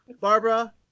Barbara